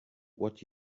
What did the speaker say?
what